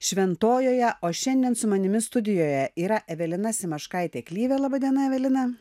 šventojoje o šiandien su manimi studijoje yra evelina simaškaitė klyvė laba diena evelina